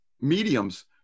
mediums